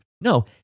No